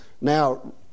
now